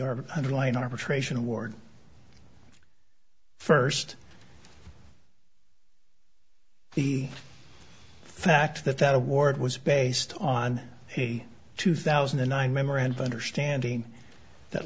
r underlying arbitration award first the fact that that award was based on a two thousand and nine memoranda understanding that